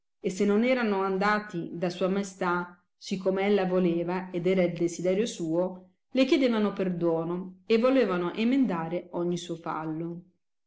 e se non erano andati da sua maestà sì come ella voleva ed era il desiderio suo le chiedevano perdono e volevano emendare ogni suo fallo